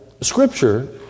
scripture